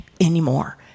anymore